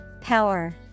Power